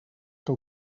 que